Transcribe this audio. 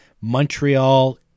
Montreal